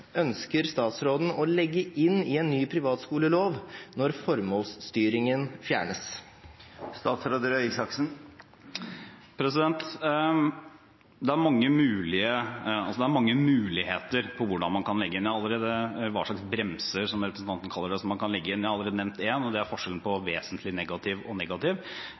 statsråden ønsker å legge inn i en ny privatskolelov når formålsstyringen fjernes. Det er mange muligheter for hva slags «brems», som representanten kaller det, som man kan legge inn. Jeg har allerede nevnt én, og det er forskjellen på «vesentlig negativ» og